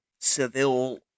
Seville